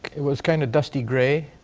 it was kind of dusty gray.